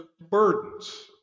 burdens